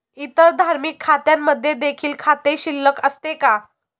इतर आर्थिक खात्यांमध्ये देखील खाते शिल्लक असते का?